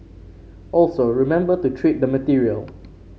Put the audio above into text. also remember to treat the material